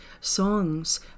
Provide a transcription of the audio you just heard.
songs